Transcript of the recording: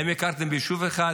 האם הכרתם ביישוב אחד?